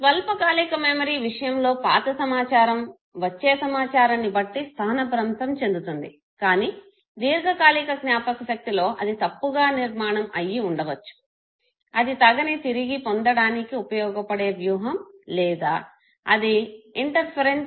స్వల్పకాలిక మెమరీ విషయంలో పాత సమాచారం వచ్చే సమాచారాన్ని బట్టి స్థానభ్రంశం చెందుతుంది కానీ దీర్ఘకాలిక జ్ఞాపకశక్తిలో అది తప్పుగా నిర్మాణం అయ్యి ఉండవచ్చు అది తగని తిరిగి పొందడానికి ఉపయోగపడే వ్యూహం లేదా అది ఇంటర్ఫేరెన్సు